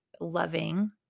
loving